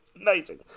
amazing